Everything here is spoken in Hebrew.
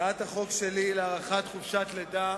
הצעת החוק שלי להארכת חופשת הלידה